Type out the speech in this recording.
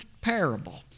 parable